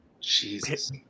Jesus